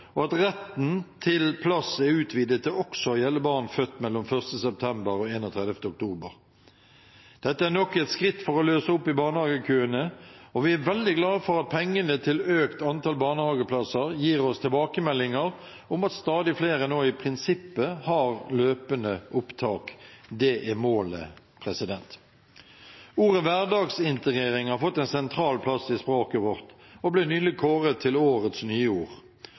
og at retten til plass er utvidet til også å gjelde barn født mellom 1. september og 31. oktober. Dette er nok et skritt for å løse opp i barnehagekøene, og vi er veldig glad for at pengene til økt antall barnehageplasser gir oss tilbakemeldinger om at stadig flere nå i prinsippet har løpende opptak. Det er målet. Ordet «hverdagsintegrering» har fått en sentral plass i språket vårt og ble nylig kåret til årets